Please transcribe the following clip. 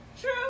true